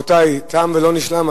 רבותי, תם ולא נשלם.